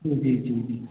जी जी जी